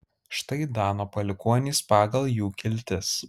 štai dano palikuonys pagal jų kiltis